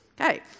Okay